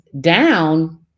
down